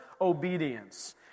obedience